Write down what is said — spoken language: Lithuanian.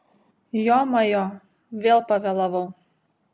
jomajo vėl pavėlavau